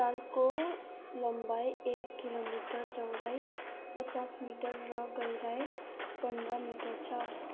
तालको लम्बाइ एक किलोमिटर चौडाइ पचास मिटर र गहिराई पन्ध्र मिटर छ